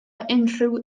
unrhyw